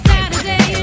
Saturday